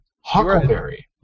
Huckleberry